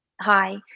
hi